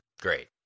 great